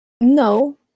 No